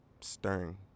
stirring